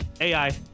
AI